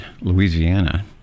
Louisiana